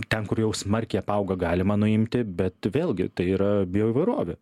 ten kur jau smarkiai apauga galima nuimti bet vėlgi tai yra bioįvairovė